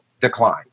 decline